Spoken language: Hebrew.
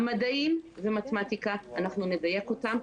המדעים ומתמטיקה אנחנו נדייק אותם,